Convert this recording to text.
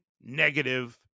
negative